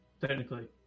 Technically